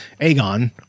Aegon